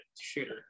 shooter